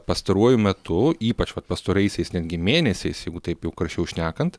pastaruoju metu ypač vat pastaraisiais netgi mėnesiais jeigu taip jau karščiau šnekant